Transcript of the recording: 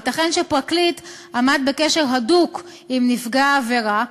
ייתכן שפרקליט עמד בקשר הדוק עם נפגע עבירה,